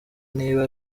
niba